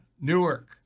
Newark